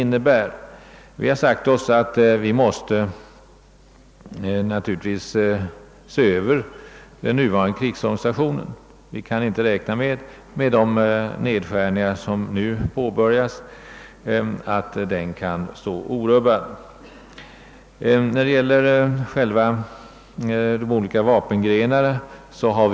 Man måste naturligtvis se över den nuvarande krigsorganisationen; med de nedskärningar som nu påbörjas kan vi inte räkna med att den skall kunna stå orubbad.